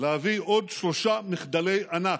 להביא עוד שלושה מחדלי ענק.